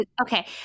Okay